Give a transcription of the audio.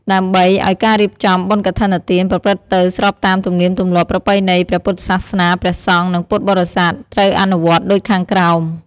ដើម្បីឱ្យការរៀបចំ បុណ្យកឋិនទាន ប្រព្រឹត្តទៅស្របតាមទំនៀមទម្លាប់ប្រពៃណីព្រះពុទ្ធសាសនាព្រះសង្ឃ និងពុទ្ធបរិស័ទ ត្រូវអនុវត្តដូចខាងក្រោម។